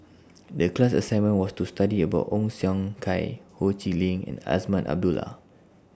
The class assignment was to study about Ong Siong Kai Ho Chee Lick and Azman Abdullah